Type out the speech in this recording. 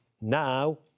now